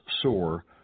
sore